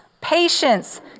patience